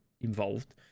involved